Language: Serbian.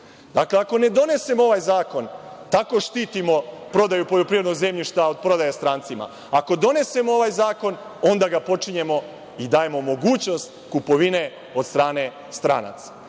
ako ne donesemo ovaj zakon tako štitimo prodaju poljoprivrednog zemljišta od prodaje strancima. Ako donesemo ovaj zakon onda dajemo mogućnost kupovine od strane stranaca. Umesto